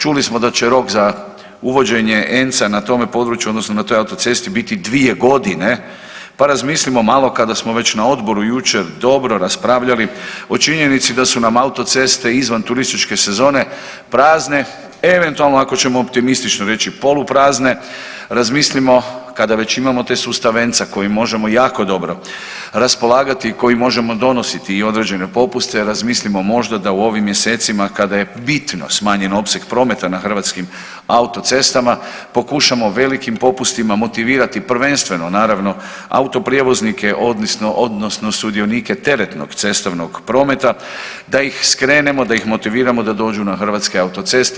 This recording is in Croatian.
Čuli smo da će rok za uvođenje ENC-a na tome području odnosno na toj autocesti biti 2 godine, pa razmislimo malo, kada smo već na odboru jučer dobro raspravljali o činjenici da su nam autoceste izvan turističke sezone prazne, eventualno ako ćemo optimistično reći poluprazne, razmislimo, kada već imamo te sustav ENC-a koji možemo jako dobro raspolagati i kojim možemo donositi i određene popuste, razmislimo možda da u ovim mjesecima, kada je bitno smanjen opseg prometa na hrvatskim autocestama, pokušamo velikim popustima motivirati, prvenstveno naravno, autoprijevoznike odnosno sudionike teretnog cestovnog prometa, da ih skrenemo, da ih motiviramo da dođu na hrvatske autoceste.